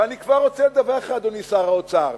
ואני כבר רוצה לדווח לך, אדוני שר האוצר,